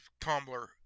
Tumblr